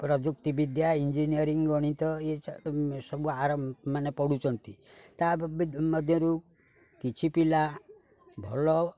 ପ୍ରଯୁକ୍ତି ବିଦ୍ୟା ଇଞ୍ଜିନିୟରିଂ ଗଣିତ ଇଏ ସବୁ ମାନେ ପଢ଼ୁଛନ୍ତି ତା ମଧ୍ୟରୁ କିଛି ପିଲା ଭଲ